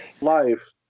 life